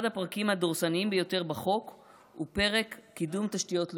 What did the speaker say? אחד הפרקים הדורסניים ביותר בחוק הוא פרק קידום תשתיות לאומיות,